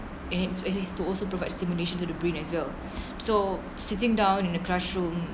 in its it is to also provide stimulation to the brain as well so sitting down in the classroom